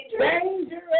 Dangerous